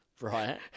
Right